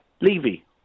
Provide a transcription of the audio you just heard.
Levy